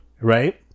right